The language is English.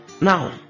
now